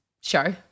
show